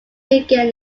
began